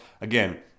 Again